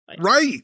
Right